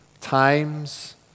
times